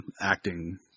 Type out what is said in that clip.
acting